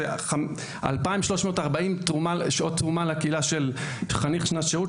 מדובר בתרומה של 2,340 שעות לקהילה של חניך שנת שירות,